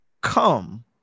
come